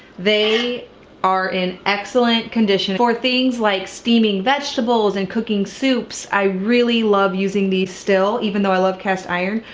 they are in excellent condition. for things like steaming vegetables and cooking soups, i really love using these still even though i love cast iron.